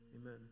amen